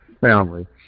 family